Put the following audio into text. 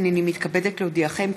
הינני מתכבדת להודיעכם,